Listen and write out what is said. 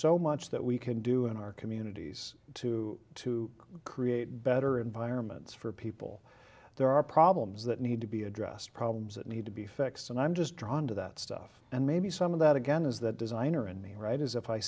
so much that we can do in our communities to to create better environments for people there are problems that need to be addressed problems that need to be fixed and i'm just drawn to that stuff and maybe some of that again is that designer and me right is if i